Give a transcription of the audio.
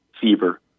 fever